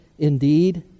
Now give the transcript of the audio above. Indeed